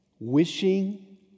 wishing